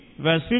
verse